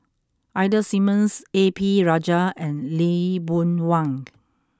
Ida Simmons A P Rajah and Lee Boon Wang